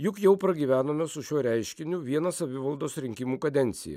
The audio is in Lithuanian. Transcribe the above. juk jau pragyvenome su šiuo reiškiniu vieną savivaldos rinkimų kadenciją